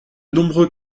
nombreux